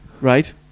Right